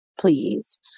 please